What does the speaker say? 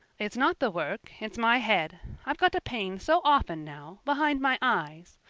it's not the work it's my head. i've got a pain so often now behind my eyes.